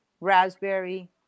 raspberry